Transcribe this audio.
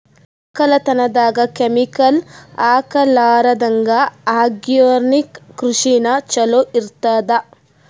ಒಕ್ಕಲತನದಾಗ ಕೆಮಿಕಲ್ ಹಾಕಲಾರದಂಗ ಆರ್ಗ್ಯಾನಿಕ್ ಕೃಷಿನ ಚಲೋ ಇರತದ